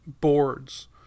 boards